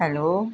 hello